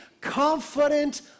confident